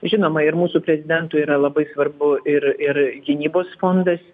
žinoma ir mūsų prezidentui yra labai svarbu ir ir gynybos fondas